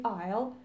aisle